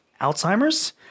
Alzheimer's